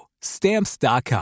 Stamps.com